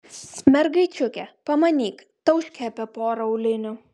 mergaičiukė pamanyk tauškia apie porą aulinių